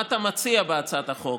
מה אתה מציע בהצעת החוק?